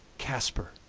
kasper,